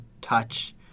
touch